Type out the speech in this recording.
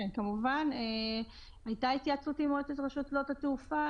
כמובן, הייתה התייעצות עם מועצת רשות שדות התעופה.